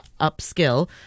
upskill